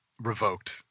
revoked